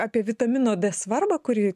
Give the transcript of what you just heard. apie vitamino d svarbą kuri